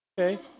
Okay